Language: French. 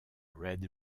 red